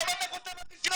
למה אתה חותם על רישיונות,